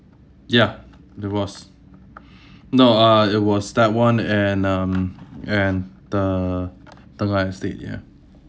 ya it was no uh it was that one and um and the tengah estate ya